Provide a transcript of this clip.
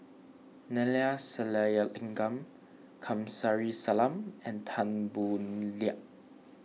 Neila Sathyalingam Kamsari Salam and Tan Boo Liat